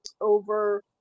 over